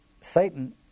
Satan